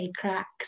cracks